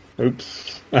Oops